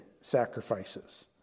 sacrifices